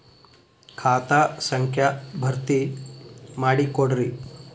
ಖಾತಾ ಸಂಖ್ಯಾ ಭರ್ತಿ ಮಾಡಿಕೊಡ್ರಿ